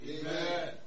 Amen